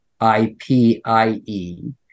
IPIE